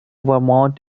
vermont